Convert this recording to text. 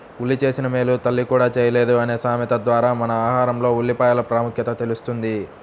ఉల్లి చేసిన మేలు తల్లి కూడా చేయలేదు అనే సామెత ద్వారా మన ఆహారంలో ఉల్లిపాయల ప్రాముఖ్యత తెలుస్తుంది